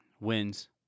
Wins